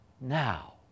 now